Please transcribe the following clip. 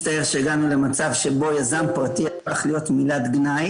ובאתרי פינוי פסולת והטמנת פסולת נשארות בדרך כלל כמויות גדולות יחסית